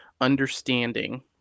understanding